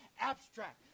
abstract